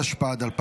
התשפ"ד 2024